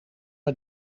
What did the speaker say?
mij